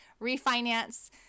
refinance